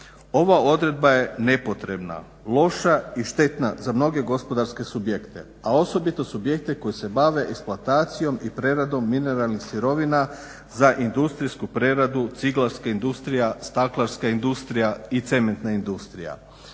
Ova odredba je nepotrebna, loša i štetna za mnoge gospodarske subjekte a osobito subjekte koji se bave eksploatacijom i preradom mineralnih sirovina za industrijsku preradu ciglarskih industrija, staklarska industrija i cementna industrija.